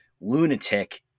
lunatic